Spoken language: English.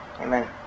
Amen